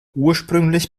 ursprünglich